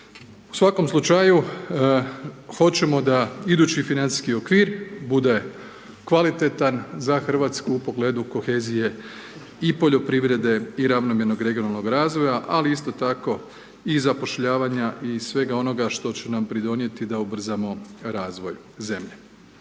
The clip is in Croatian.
U svakom slučaju, hoćemo da idući financijski okvir bude kvalitetan za Hrvatsku u pogledu kohezije i poljoprivrede i ravnomjernog regionalnog razvoja, ali isto tako i zapošljavanja i svega onoga što će nam pridonijeti da ubrzamo razvoj zemlje.